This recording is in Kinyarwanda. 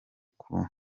kumwe